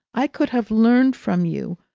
i could have learnt from you!